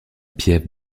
piève